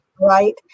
Right